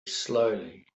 slowly